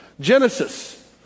Genesis